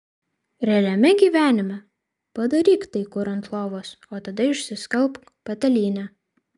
realiame gyvenime padaryk tai kur ant lovos o tada išsiskalbk patalynę